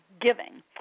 giving